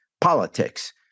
politics